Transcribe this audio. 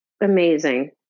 amazing